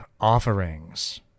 offerings